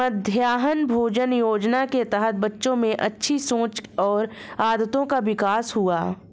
मध्याह्न भोजन योजना के तहत बच्चों में अच्छी सोच और आदतों का विकास हुआ